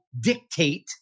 dictate